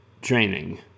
training